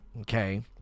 okay